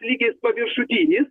lygis paviršutinis